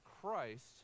Christ